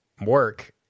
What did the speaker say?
work